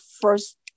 first